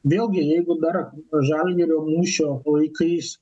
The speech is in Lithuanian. vėlgi jeigu dar žalgirio mūšio laikais